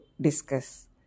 discuss